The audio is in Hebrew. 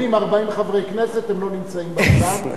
גם כשחותמים 40 חברי כנסת, הם לא נמצאים בדיון.